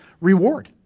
reward